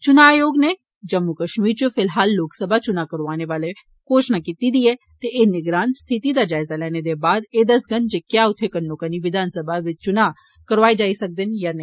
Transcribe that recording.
चुनां आयोग नै जम्मू कप्मीर च फिलहाल लोक सभा चुनां करोआने बारे घोशणा कीती दी ऐ ते एह् निगरान स्थिति दा जायजा लैने दे बाद एह् दस्सगंन जे क्या उत्थें कन्नोकन्नी विधानसभा चुनां बी करोआए जाई सकदे न जां नेई